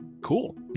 cool